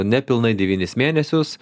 nepilnai devynis mėnesius